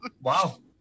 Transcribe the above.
Wow